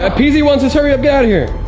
ah peezy wants to tear you up down here.